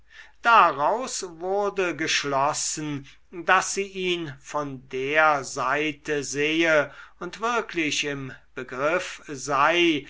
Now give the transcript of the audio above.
daraus wurde geschlossen daß sie ihn von der seite sehe und wirklich im begriff sei